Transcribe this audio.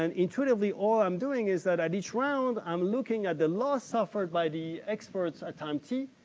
and intuitively, all i'm doing is that at each round i'm looking at the loss suffered by the experts a time t,